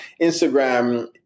Instagram